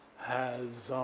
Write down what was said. has,